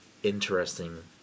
interesting